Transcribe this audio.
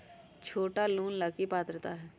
छोटा लोन ला की पात्रता है?